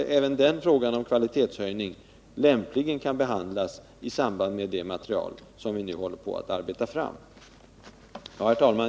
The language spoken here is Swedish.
Därför tycker jag att även den frågan om kvalitetshöjning lämpligen kan behandlas i samband med det material som vi nu håller på att arbeta fram. Herr talman!